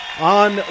on